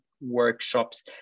workshops